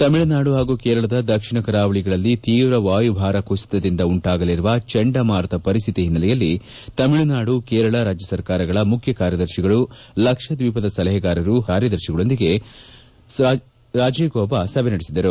ತಮಿಳುನಾಡು ಹಾಗೂ ಕೇರಳದ ದಕ್ಷಿಣ ಕರಾವಳಿಗಳಲ್ಲಿ ತೀವ್ರ ವಾಯುಭಾರ ಕುಸಿತದಿಂದ ಉಂಟಾಗಲಿರುವ ಚಂಡಮಾರುತ ಪರಿಸ್ಥಿತಿ ಹಿನ್ನೆಲೆಯಲ್ಲಿ ತಮಿಳುನಾಡು ಕೇರಳ ರಾಜ್ಯ ಸರ್ಕಾರಗಳ ಮುಖ್ಯ ಕಾರ್ಯದರ್ತಿಗಳು ಲಕ್ಷದ್ನೀಪದ ಸಲಹೆಗಾರರು ಹಾಗೂ ವಿವಿಧ ಸಚಿವಾಲಯಗಳ ಕಾರ್ಯದರ್ತಿಗಳೊಂದಿಗೆ ರಾಜೀವ್ ಗೌಬಾ ಸಭೆ ನಡೆಸಿದರು